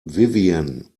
vivien